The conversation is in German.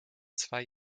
zwei